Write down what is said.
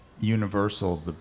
universal